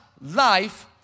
life